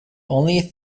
only